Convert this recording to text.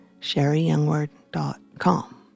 SherryYoungWord.com